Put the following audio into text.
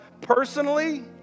personally